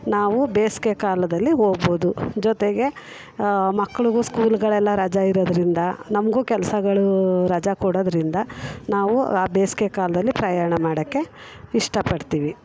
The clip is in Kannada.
ನಾವು ಬೇಸ್ಗೆ ಕಾಲದಲ್ಲಿ ಹೋಗ್ಬೋದು ಜೊತೆಗೆ ಮಕ್ಳಿಗೂ ಸ್ಕೂಲ್ಗಳೆಲ್ಲ ರಜಾ ಇರೋದರಿಂದ ನಮಗೂ ಕೆಲಸಗಳೂ ರಜೆ ಕೊಡೋದರಿಂದ ನಾವು ಆ ಬೇಸ್ಗೆ ಕಾಲದಲ್ಲಿ ಪ್ರಯಾಣ ಮಾಡೋಕ್ಕೆ ಇಷ್ಟ ಪಡ್ತೀವಿ